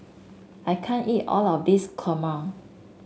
I can't eat all of this kurma